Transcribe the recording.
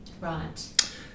Right